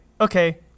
okay